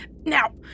Now